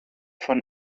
von